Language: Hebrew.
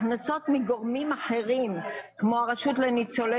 הכנסות מגורמים אחרים כמו הרשות לניצולי